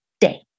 day